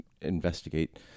investigate